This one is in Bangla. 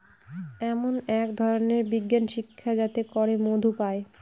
এমন এক ধরনের বিজ্ঞান শিক্ষা যাতে করে মধু পায়